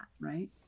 right